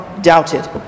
doubted